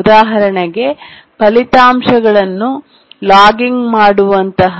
ಉದಾಹರಣೆಗೆ ಫಲಿತಾಂಶಗಳನ್ನು ಲಾಗಿಂಗ್ ಮಾಡುವಂತಹ